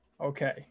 okay